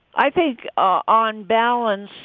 i think on balance